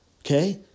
Okay